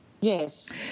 Yes